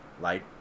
light